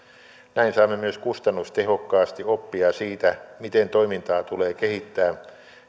näin saamme myös kustannustehokkaasti oppia siitä miten toimintaa tulee kehittää